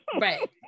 Right